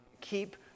keep